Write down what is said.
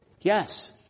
Yes